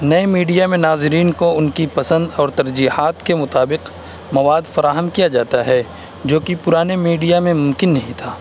نئے میڈیا میں ناظرین کو ان کی پسند اور ترجیحات کے مطابق مواد فراہم کیا جاتا ہے جو کہ پرانے میڈیا میں ممکن نہیں تھا